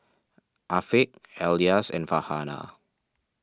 Afiq Elyas and Farhanah